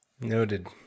Noted